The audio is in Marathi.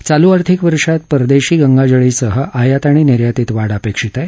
चालू आर्थिक वर्षात परदेशी गंगाजळीसह आयात आणि निर्यातीत वाढ अपेक्षित आहे